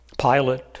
Pilate